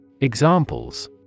Examples